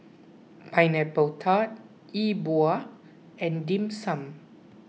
Pineapple Tart E Bua and Dim Sum